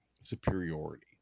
superiority